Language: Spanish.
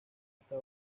está